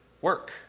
work